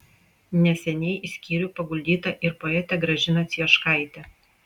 neseniai į skyrių paguldyta ir poetė gražina cieškaitė